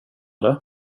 det